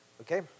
Okay